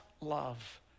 love